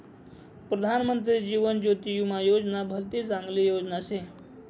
प्रधानमंत्री जीवन ज्योती विमा योजना भलती चांगली योजना शे